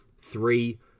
three